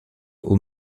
aux